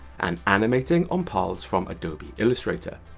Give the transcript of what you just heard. and animating on paths from adobe illustrator.